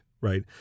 right